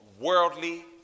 worldly